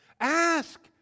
Ask